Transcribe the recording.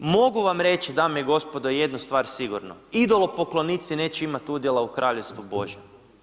Mogu vam reći dame i gospodo jednu stvar sigurno, idolopoklonici neće imati udjela u kraljevstvu božjem.